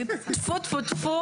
טפו טפו טפו.